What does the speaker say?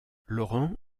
laurent